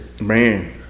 Man